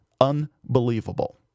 Unbelievable